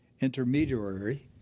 intermediary